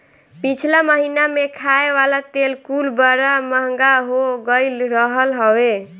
पिछला महिना में खाए वाला तेल कुल बड़ा महंग हो गईल रहल हवे